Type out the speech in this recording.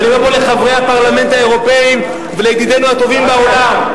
ואני אומר פה לחברי הפרלמנט האירופים ולידידינו הטובים בעולם: